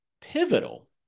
pivotal